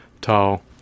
tall